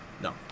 No